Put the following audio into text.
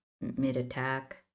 mid-attack